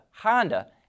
Honda